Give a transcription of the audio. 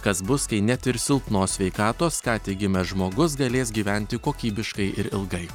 kas bus kai net ir silpnos sveikatos ką tik gimęs žmogus galės gyventi kokybiškai ir ilgai